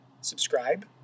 subscribe